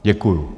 Děkuju.